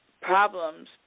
problems